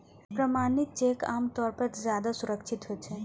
प्रमाणित चेक आम तौर पर ज्यादा सुरक्षित होइ छै